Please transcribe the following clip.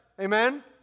Amen